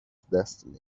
destiny